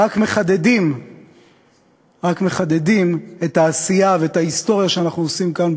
רק מחדדים את העשייה ואת ההיסטוריה שאנחנו עושים כאן,